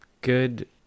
good